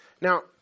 Now